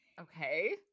okay